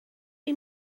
you